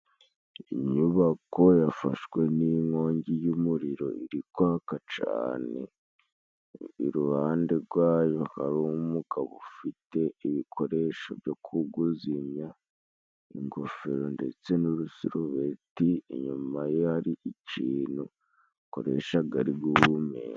Inyubako yafashwe n'inkongi y'umuriro iri kwaka cane. Iruhande gwayo hari umugabo ufite ibikoresho byo kuguzimya, ingofero ndetse n'urusurubeti. Inyuma ye hari icintu akoreshaga ari guhumeka.